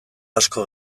asko